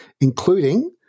including